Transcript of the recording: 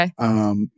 Okay